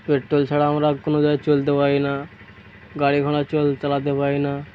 petrol ছাড়া আমরা কোনো জায়গায় চলতে পারি না গাড়ি ঘোড়া চল চালাতে পারি না